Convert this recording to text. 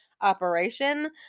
operation